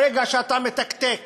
ברגע שאתה מתקתק